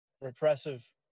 repressive